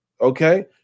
okay